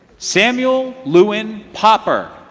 samuel luen popper